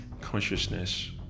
consciousness